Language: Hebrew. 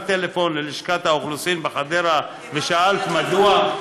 הרמת טלפון ללשכת האוכלוסין בחדרה ושאלת מדוע?